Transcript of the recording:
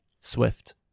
Swift